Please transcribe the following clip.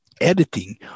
editing